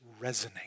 resonate